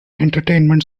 entertainment